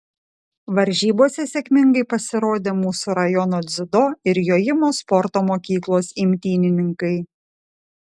varžybose sėkmingai pasirodė mūsų rajono dziudo ir jojimo sporto mokyklos imtynininkai